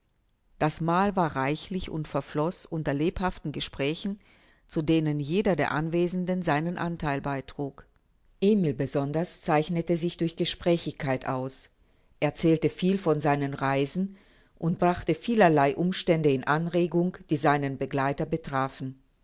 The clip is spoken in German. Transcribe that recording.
das mahl war reichlich und verfloß unter lebhaften gesprächen zu denen jeder der anwesenden seinen antheil beitrug emil besonders zeichnete sich durch gesprächigkeit aus erzählte viel von seinen reisen und brachte vielerlei umstände in anregung die seinen begleiter betrafen